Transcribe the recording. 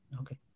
Okay